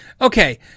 Okay